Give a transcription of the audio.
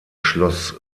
schloss